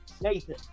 Nathan